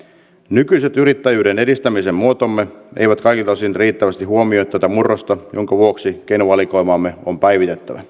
nykyiset yrittäjyyden edistämisen muotomme eivät kaikilta osin riittävästi huomioi tätä murrosta minkä vuoksi keinovalikoimaamme on päivitettävä